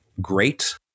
great